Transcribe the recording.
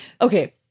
Okay